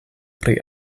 pri